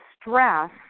stress